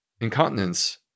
incontinence